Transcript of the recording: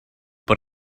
but